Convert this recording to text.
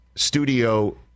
studio